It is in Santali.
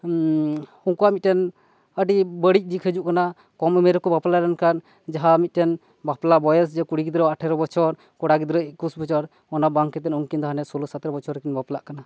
ᱩᱱᱠᱩᱣ ᱟᱜ ᱢᱤᱫᱴᱮᱱ ᱟᱹᱰᱤ ᱵᱟᱹᱲᱤᱡ ᱫᱤᱠ ᱦᱤᱡᱩᱜ ᱠᱟᱱᱟ ᱠᱚᱢ ᱩᱢᱮᱨ ᱨᱮᱠᱚ ᱵᱟᱯᱞᱟ ᱞᱮᱱ ᱠᱷᱟᱱ ᱡᱟᱦᱟᱸ ᱢᱤᱫᱴᱮᱱ ᱵᱟᱯᱞᱟ ᱵᱚᱭᱮᱥ ᱡᱮ ᱢᱤᱫᱴᱮᱱ ᱠᱩᱲᱤ ᱜᱤᱫᱽᱨᱟᱹ ᱟᱜ ᱟᱴᱷᱮᱨᱚ ᱵᱚᱪᱷᱚᱨ ᱠᱚᱲᱟ ᱜᱤᱫᱽᱨᱟᱹ ᱮᱠᱩᱥ ᱵᱚᱪᱷᱚᱨ ᱚᱱᱟ ᱵᱟᱝ ᱠᱟᱛᱮᱫ ᱩᱱᱠᱤᱱ ᱫᱚ ᱦᱟᱱᱮ ᱥᱳᱞᱳ ᱥᱚᱛᱮᱨᱚ ᱵᱚᱪᱷᱚᱨ ᱨᱮᱠᱤᱱ ᱵᱟᱯᱞᱟᱜ ᱠᱟᱱᱟ